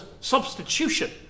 substitution